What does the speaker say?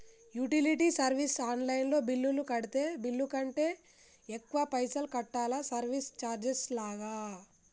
Utility service online లో bill కడితే bill కంటే ఎక్కువ పైసల్ కట్టాలా సర్వీస్ చార్జెస్ లాగా?